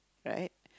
right